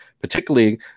particularly